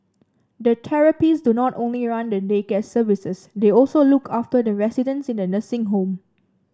the therapists do not only run the day care services they also look after the residents in the nursing home